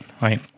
right